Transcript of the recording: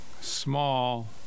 small